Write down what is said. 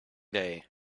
day